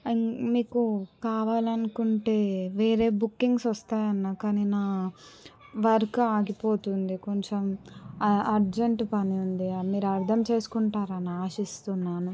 మీకు కావాలనుకుంటే వేరే బుక్కింగ్స్ వస్తాయన్న కానీ నా వర్క్ ఆగిపోతుంది కొంచెం అర్జెంట్ పని ఉంది మీరు అర్థం చేసుకుంటారని ఆశిస్తున్నాను